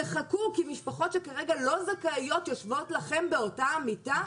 תחכו כי משפחות שכרגע לא זכאיות יושבות להם באותה המיטה,